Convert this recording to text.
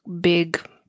big